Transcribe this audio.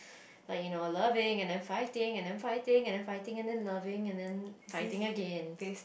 like you know loving and then fighting and then fighting and then fighting and then loving and then fighting again